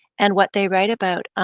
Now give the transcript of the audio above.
and what they write about.